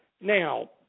Now